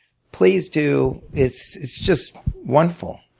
please do. it's it's just wonderful.